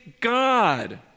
God